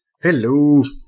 hello